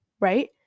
right